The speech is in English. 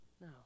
No